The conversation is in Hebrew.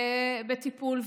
בטיפול,